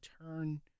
turn